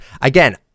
Again